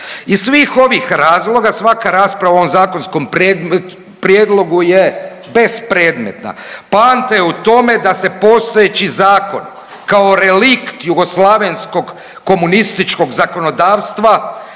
Iz svih ovih razloga svaka rasprava u ovom zakonskom prijedlogu je bespredmetna. Poanta je u tome da se postojeći zakon kao relikt jugoslavenskog komunističkog zakonodavstva